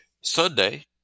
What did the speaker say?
Sunday